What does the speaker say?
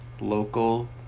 local